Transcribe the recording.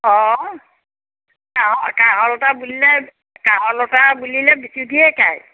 অঁ কাঁহৰ কাঁহৰ লোটা বুলিলে কাঁহৰ লোটা বুলিলে বিচুৰ্তিয়ে খাই